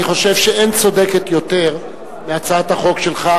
אני חושב שאין צודקת יותר מהצעת החוק שלך,